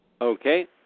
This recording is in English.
Okay